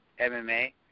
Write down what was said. MMA